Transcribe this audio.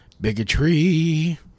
Bigotry